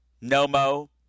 No-mo